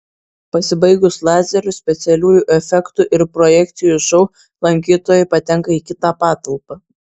pasibaigus lazerių specialiųjų efektų ir projekcijų šou lankytojai patenka į kitą patalpą